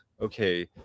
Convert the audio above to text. okay